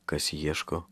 kas ieško